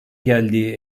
geldiği